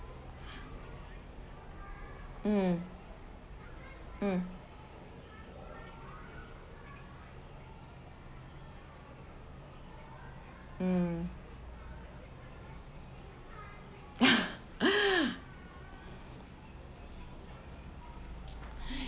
mm mm mm